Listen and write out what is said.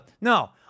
no